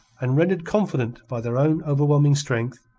and rendered confident by their own overwhelming strength,